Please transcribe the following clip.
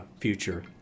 future